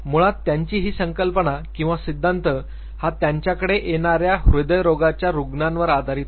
मुळात त्यांची ही संकल्पना किंवा सिद्धांत हा त्यांच्याकडे येणाऱ्या हृदयरोगाच्या रुग्णांवर आधारित होता